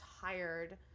tired